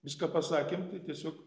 viską pasakėm tai tiesiog